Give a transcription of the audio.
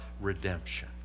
redemption